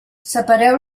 separeu